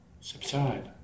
subside